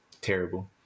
Terrible